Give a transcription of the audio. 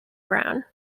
browne